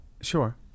Sure